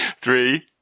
Three